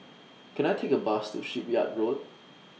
Can I Take A Bus to Shipyard Road